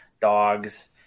dogs